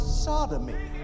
sodomy